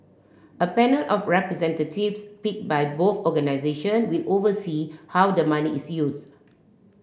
a panel of representatives picked by both organisation will oversee how the money is used